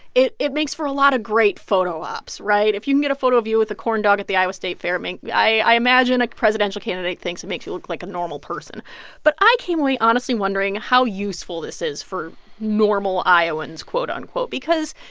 it it makes for a lot of great photo ops, right? if you can get a photo of you with a corn dog at the iowa state fair i mean, i imagine a presidential candidate thinks it makes you look like a normal person but i came away honestly wondering how useful this is for normal iowans, quote, unquote, because,